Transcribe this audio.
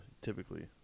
typically